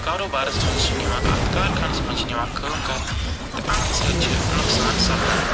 کاروبارس منٛز چھِ نِوان اتھ کارخانس منٛز چھِ نِوان کٲم کرنہِ تہٕ چھِ نۄقصان سپدان